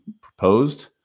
proposed